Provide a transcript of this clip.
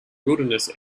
wilderness